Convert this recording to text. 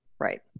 Right